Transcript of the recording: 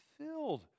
filled